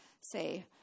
say